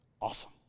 Awesome